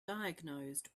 diagnosed